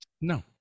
No